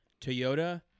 Toyota